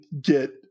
get